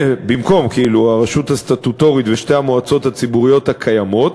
במקום הרשות הסטטוטורית ושתי המועצות הציבוריות הקיימות,